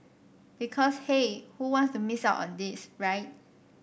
because hey who wants to miss out on this right